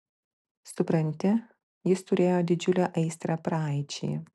supranti jis turėjo didžiulę aistrą praeičiai